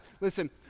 Listen